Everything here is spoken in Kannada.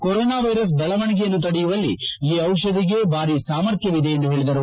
ಕರೋನಾ ವೈರಸ್ ಬೆಳವಣಿಗೆಯನ್ನು ತಡೆಯುವಲ್ಲಿ ಈ ದಿಷಧಿಗೆ ಭಾರಿ ಸಾಮರ್ಥ್ವವಿದೆ ಎಂದು ಹೇಳಿದರು